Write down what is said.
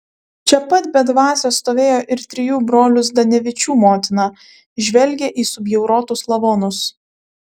čia pat be dvasios stovėjo ir trijų brolių zdanevičių motina žvelgė į subjaurotus lavonus